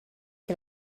que